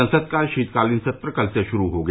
संसद का शीतकालीन सत्र कल से शुरू हो गया